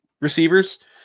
receivers